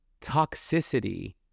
toxicity